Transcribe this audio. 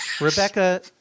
Rebecca